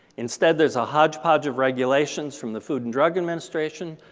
instead, there's a hodge podge of regulations from the food and drug administration,